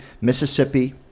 Mississippi